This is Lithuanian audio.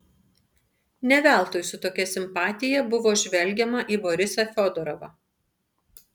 ne veltui su tokia simpatija buvo žvelgiama į borisą fiodorovą